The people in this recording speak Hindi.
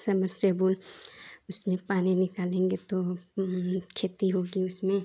सबमर्सिबल उसमें पानी निकालेंगे तो खेती होगी उसमें